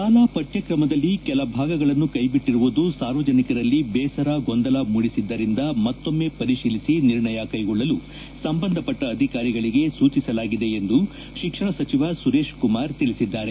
ಶಾಲಾ ಪಠ್ಮಕ್ರಮದಲ್ಲಿ ಕೆಲ ಭಾಗಗಳನ್ನು ಕೈ ಬಿಟ್ಟಿರುವುದು ಸಾರ್ವಜನಿಕರಲ್ಲಿ ಬೇಸರಗೊಂದಲ ಮೂಡಿಸಿದ್ದರಿಂದ ಮತ್ತೊಮ್ಮೆ ಪರಿಶೀಲಿಸಿ ನಿರ್ಣಯ ಕೈಗೊಳ್ಳಲು ಸಂಬಂಧಪಟ್ಟ ಅಧಿಕಾರಿಗಳಿಗೆ ಸೂಚಿಸಲಾಗಿದೆ ಎಂದು ಶಿಕ್ಷಣ ಸಚಿವ ಸುರೇಶ್ ಕುಮಾರ್ ತಿಳಿಸಿದ್ದಾರೆ